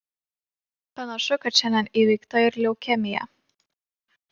panašu kad šiandien įveikta ir leukemija